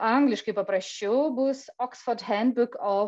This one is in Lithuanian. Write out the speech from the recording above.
angliškai paprasčiau bus oxford handbook of